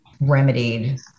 remedied